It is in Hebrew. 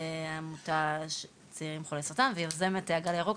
עמותה של צעירים חולי סרטן, ויוזמת ׳הגל הירוק׳.